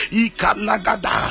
ikalagada